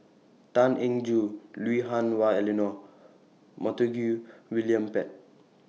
Tan Eng Joo Lui Hah Wah Elena Montague William Pett